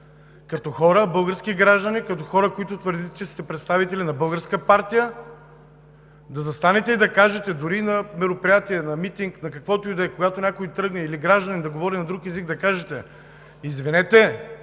като български граждани, като хора, които твърдите, че сте представители на българска партия, да застанете и да кажете – дори и на мероприятия, на митинг, на каквото и да е, когато някой тръгне да говори на друг език: извинете,